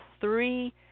three